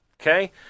Okay